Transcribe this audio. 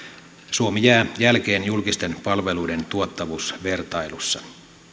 suomi jää jälkeen julkisten palveluiden tuottavuusvertailussa